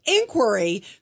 inquiry